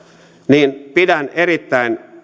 niin pidän erittäin